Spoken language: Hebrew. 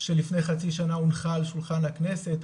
שלפני חצי שנה הונחה על שולחן הכנסת,